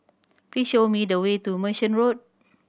please show me the way to Merchant Road